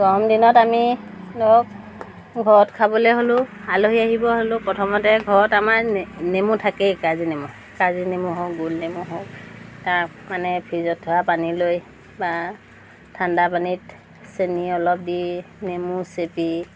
গৰমদিনত আমি ধৰক ঘৰত খাবলৈ হ'লেও আলহী আহিব হ'লেও প্ৰথমতে ঘৰত আমাৰ নেমু থাকেই কাজি নেমু কাজি নেমু হওক গোল নেমু হওক তাক মানে ফ্ৰিজত ধৰা পানী লৈ বা ঠাণ্ডা পানীত চেনি অলপ দি নেমু চেপি